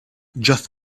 just